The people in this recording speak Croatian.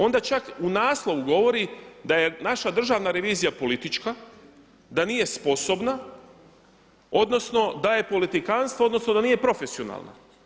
Onda čak u naslovu govori da je naša Državna revizija politička, da nije sposobna, odnosno da je politikanstvo, odnosno da nije profesionalna.